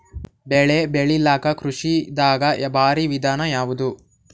ಬೆಳೆ ಬೆಳಿಲಾಕ ಕೃಷಿ ದಾಗ ಭಾರಿ ವಿಧಾನ ಯಾವುದು?